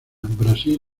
brasil